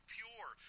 pure